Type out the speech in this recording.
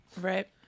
Right